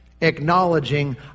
acknowledging